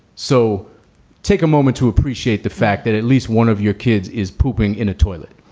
so take a moment to appreciate the fact that at least one of your kids is pooping in a toilet.